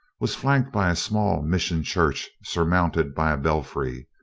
was flanked by a small mission church surmounted by a belfry.